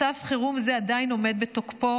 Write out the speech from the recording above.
מצב חירום זה עדיין עומד בתוקפו.